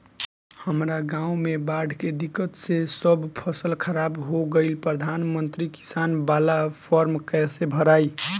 हमरा गांव मे बॉढ़ के दिक्कत से सब फसल खराब हो गईल प्रधानमंत्री किसान बाला फर्म कैसे भड़ाई?